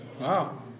Wow